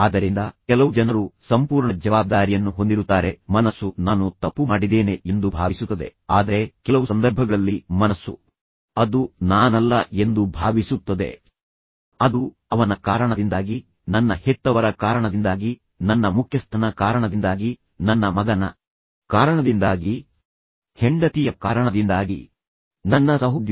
ಆದ್ದರಿಂದ ಕೆಲವು ಜನರು ಸಂಪೂರ್ಣ ಜವಾಬ್ದಾರಿಯನ್ನು ಹೊಂದಿರುತ್ತಾರೆಃ ಮನಸ್ಸು ನಾನು ತಪ್ಪು ಮಾಡಿದ್ದೇನೆ ಎಂದು ಭಾವಿಸುತ್ತದೆ ಆದರೆ ಕೆಲವು ಸಂದರ್ಭಗಳಲ್ಲಿ ಮನಸ್ಸು ಅದು ನಾನಲ್ಲ ಎಂದು ಭಾವಿಸುತ್ತದೆ ಅದು ಅವನ ಕಾರಣದಿಂದಾಗಿ ನನ್ನ ಹೆತ್ತವರ ಕಾರಣದಿಂದಾಗಿ ನನ್ನ ಮುಖ್ಯಸ್ಥನ ಕಾರಣದಿಂದಾಗಿ ನನ್ನ ಮಗನ ಕಾರಣದಿಂದಾಗಿ ಹೆಂಡತಿಯ ಕಾರಣದಿಂದಾಗಿ ನನ್ನ ಸಹೋದ್ಯೋಗಿ ಸ್ನೇಹಿತ ಶತ್ರುವಿನ ಕಾರಣದಿಂದಾಗಿ ಇದು ನನ್ನಿಂದಾಗಿ ಸಂಭವಿಸಲಿಲ್ಲ